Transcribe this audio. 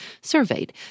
surveyed